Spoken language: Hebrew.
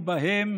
ובהם